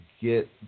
get